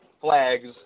flags